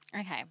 Okay